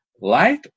Life